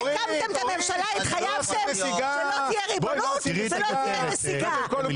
כשהקמתם את הממשלה התחייבתם שלא תהיה ריבונות ולא תהיה נסיגה.